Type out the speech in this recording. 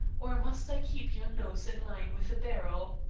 or must i keep your nose in line with the barrel?